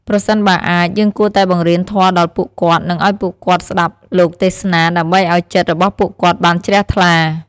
ប្រសិនបើអាច យើងគួរតែបង្រៀនធម៌ដល់ពួកគាត់ និងឲ្យពួកគាត់ស្តាប់លោកទេសនា ដើម្បីឲ្យចិត្តរបស់ពួកគាត់បានជ្រះថ្លា។